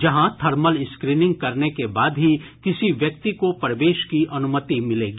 जहां thermal screening करने के बाद ही किसी व्यक्ति को प्रवेश की अनुमति मिलेगी